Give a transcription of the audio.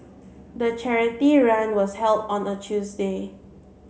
the charity run was held on a Tuesday